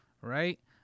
right